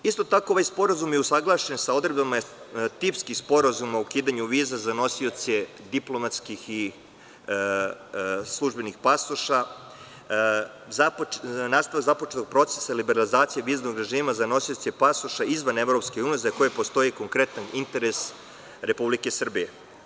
Isto tako, ovaj sporazum je usaglašen sa odredbama tipskih sporazuma o ukidanju viza za nosioce diplomatskih i službenih pasoša, nastavak započetog procesa liberalizacije viznog režima za nosioce pasoša izvan EU za koje postoji konkretan interes Republike Srbije.